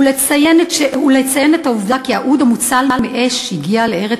ולציין את העובדה כי האוד המוצל מאש הגיע לארץ